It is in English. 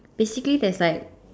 basically there's like